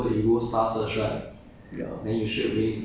um yeah not everybody yeah